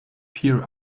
peer